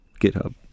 GitHub